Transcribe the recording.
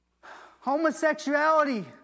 Homosexuality